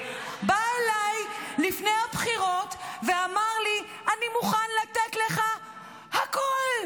בא אליי לפני הבחירות ואמר לי: אני מוכן לתת לך הכול.